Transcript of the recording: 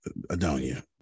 Adonia